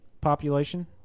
population